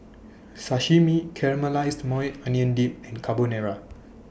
Sashimi Caramelized Maui Onion Dip and Carbonara